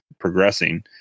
progressing